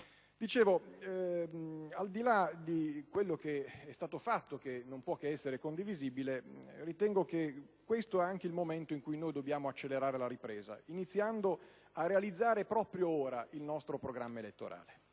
Governo. Al di là di quanto fatto, che non può che essere condivisibile, ritengo che sia questo il momento in cui dobbiamo accelerare la ripresa, iniziando a realizzare proprio ora il nostro programma elettorale.